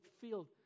field